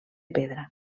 pedra